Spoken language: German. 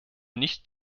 nicht